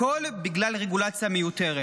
הכול בגלל רגולציה מיותרת.